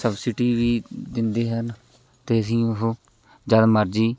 subsidy ਵੀ ਦਿੰਦੇ ਹਨ ਅਤੇ ਅਸੀਂ ਉਹ ਜਦ ਮਰਜ਼ੀ